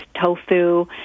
tofu